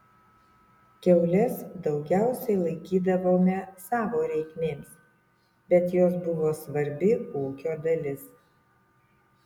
kiaules daugiausiai laikydavome savo reikmėms bet jos buvo svarbi ūkio dalis